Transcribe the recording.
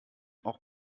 auch